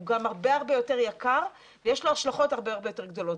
הוא גם הרבה יותר יקר ויש לו השלכות הרבה יותר גדולות.